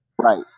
right